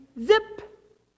zip